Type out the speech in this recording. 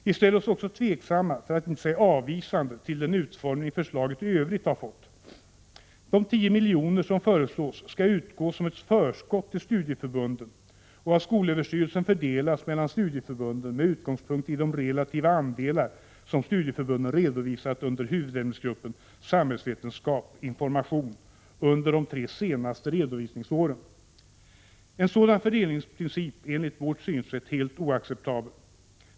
Vi ställer oss också tveksamma för att inte säga avvisande till den utformning förslaget i övrigt har fått. De 10 miljoner som föreslås skall utgå som ett förskott till studieförbunden och av SÖ fördelas mellan studieförbunden med utgångspunkt i de relativa andelar som studieförbunden redovisat under huvudämnesgruppen ”Samhällsvetenskap, information” under de tre senaste redovisningsåren. En sådan fördelningsprincip är enligt vårt synsätt helt oacceptabel.